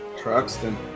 Truxton